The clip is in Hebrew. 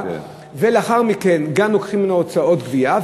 ולאחר מכן גם לוקחים ממנו הוצאות גבייה,